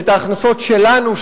את ההכנסות שלנו,